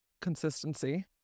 Consistency